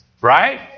Right